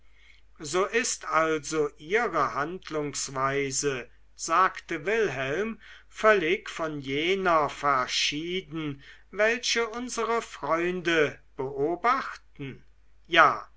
so ist also ihre handlungsweise sagte wilhelm völlig von jener verschieden welche unsere freunde beobachten ja